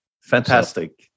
Fantastic